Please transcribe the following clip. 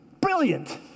Brilliant